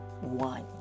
one